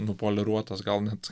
nupoliruotas gal net